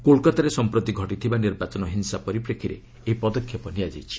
କୋଲ୍କାତାରେ ସମ୍ପ୍ରତି ଘଟିଥିବା ନିର୍ବାଚନ ହିଂସା ପରିପ୍ରେକ୍ଷୀରେ ଏହି ପଦକ୍ଷେପ ନିଆଯାଇଛି